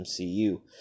MCU